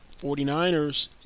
49ers